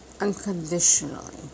unconditionally